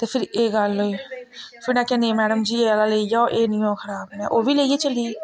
ते फेर एह गल्ल होई फेर उ'नें आखेआ नेईं मैडम जी एह् आह्ला लेई जाओ एह नी होग खराब में ओह् बी लेइयै चली गेई